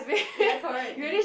ya correct